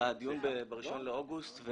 בדיון ב-1 באוגוסט.